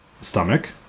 stomach